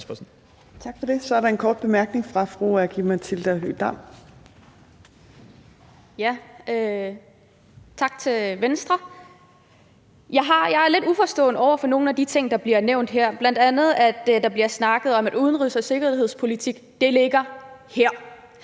Tak for det. Så er der en kort bemærkning fra fru Aki-Matilda Høegh-Dam. Kl. 17:53 Aki-Matilda Høegh-Dam (SIU): Tak til Venstre. Jeg er lidt uforstående over for nogle af de ting, der bliver nævnt her, bl.a. at der bliver snakket om, at udenrigs- og sikkerhedspolitik ligger her.